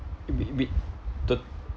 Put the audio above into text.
be be the